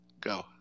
Go